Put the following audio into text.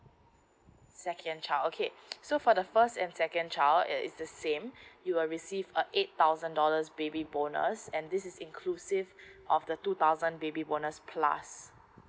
second child okay so for the first and second child it's the same you will receive a eight thousand dollars baby bonus and this is inclusive of the two thousand baby bonus plus